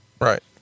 Right